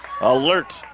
alert